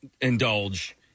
Indulge